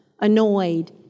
annoyed